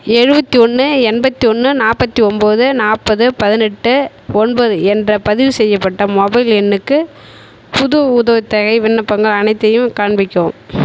எழுவத்தொன்று எண்பத்தொன்று நாற்பத்தி ஒன்போது நாற்பது பதினெட்டு ஒன்பது என்ற பதிவு செய்யப்பட்ட மொபைல் எண்ணுக்கு புது உதவித்தொகை விண்ணப்பங்கள் அனைத்தையும் காண்பிக்கவும்